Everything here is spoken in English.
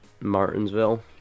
martinsville